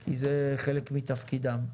כי זה חלק מתפקידם.